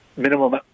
Minimum